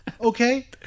Okay